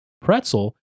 pretzel